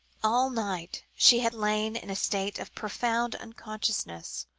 all night she had lain in a state of profound unconsciousness,